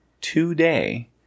today